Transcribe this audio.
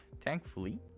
thankfully